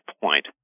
point